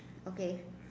okay